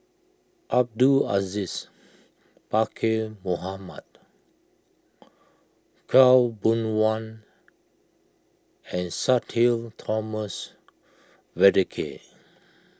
Abdul Aziz Pakkeer Mohamed Khaw Boon Wan and Sudhir Thomas Vadaketh